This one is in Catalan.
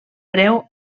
breu